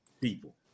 people